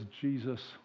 Jesus